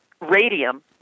radium